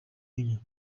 kenya